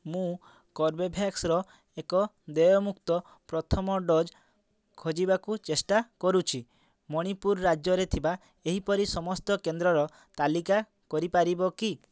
ମୁଁ କର୍ବେଭ୍ୟାକ୍ସର ଏକ ଦେୟମୁକ୍ତ ପ୍ରଥମ ଡ଼ୋଜ୍ ଖୋଜିବାକୁ ଚେଷ୍ଟା କରୁଛି ମଣିପୁର ରାଜ୍ୟରେ ଥିବା ଏହିପରି ସମସ୍ତ କେନ୍ଦ୍ରର ତାଲିକା କରିପାରିବ କି